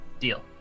Deal